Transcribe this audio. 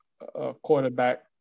quarterback